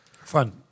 Fun